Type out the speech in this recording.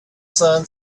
sun